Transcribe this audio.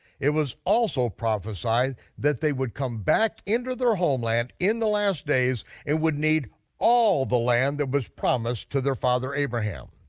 it was also prophesied that they would come back into their homeland in the last days and would need all the land that was promised to their father abraham.